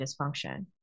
dysfunction